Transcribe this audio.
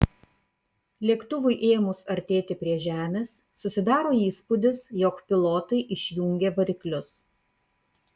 lėktuvui ėmus artėti prie žemės susidaro įspūdis jog pilotai išjungė variklius